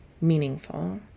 meaningful